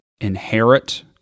inherit